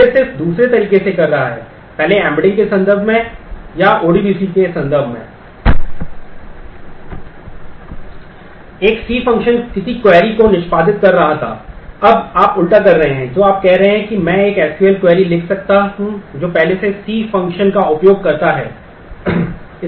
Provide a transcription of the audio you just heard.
यह C में एक फ़ंक्शन का उपयोग करता है